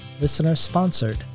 listener-sponsored